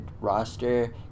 roster